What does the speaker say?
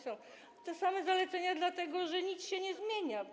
Są te same zalecenia, dlatego że nic się nie zmienia.